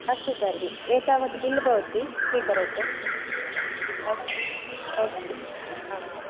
अस्तु तर्हि एतावद् बिल् भवति स्वीकरोतु अस्तु अस्तु आम्